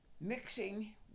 mixing